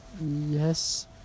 Yes